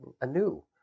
anew